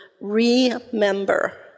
remember